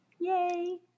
Yay